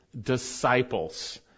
disciples